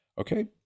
Okay